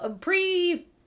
pre